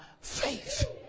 faith